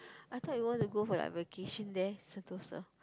I thought you want to go for a vacation there Sentosa